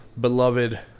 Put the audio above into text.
beloved